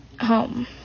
home